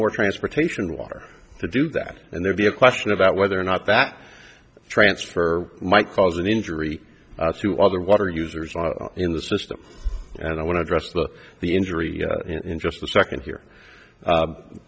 more transportation water to do that and there'd be a question about whether or not that transfer might cause an injury to other water users on in the system and i want to address the the injury in just a second here